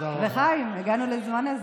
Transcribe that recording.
וחיים, הגענו לזמן הזה.